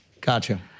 Gotcha